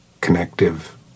connective